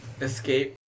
escape